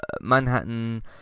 manhattan